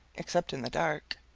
except in the dark.